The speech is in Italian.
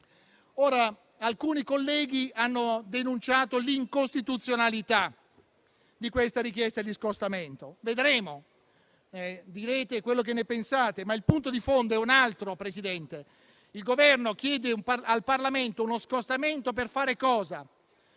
Ora, alcuni colleghi hanno denunciato l'incostituzionalità di questa richiesta di scostamento. Vedremo, direte quello che ne pensate, ma il punto di fondo è un altro, Presidente: il Governo chiede al Parlamento uno scostamento per fare cosa?